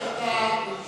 הוא לא מאשים.